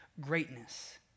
greatness